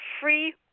free